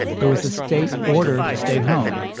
there was a state order to stay home.